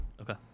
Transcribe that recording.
Okay